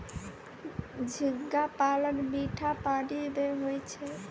झींगा पालन मीठा पानी मे होय छै